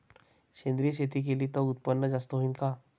सेंद्रिय शेती केली त उत्पन्न जास्त होईन का?